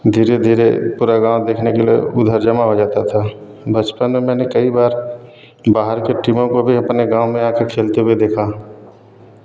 धीरे धीरे पूरा गाँव देखने के लिए उधर जमा हो जाता था बचपन में मैंने कई बार बाहर के टीमों को भी अपने गाँव में आकर खेलते हुए देखा